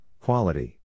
quality